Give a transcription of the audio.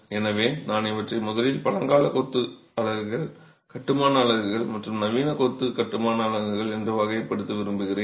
எனவே நான் இவற்றை முதலில் பழங்கால கொத்து அலகுகள் கட்டுமான அலகுகள் மற்றும் நவீன கொத்து கட்டுமான அலகுகள் என வகைப்படுத்த விரும்புகிறேன்